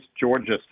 Georgia